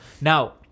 Now